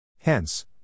Hence